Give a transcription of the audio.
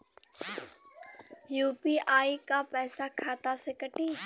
UPI क पैसा खाता से कटी?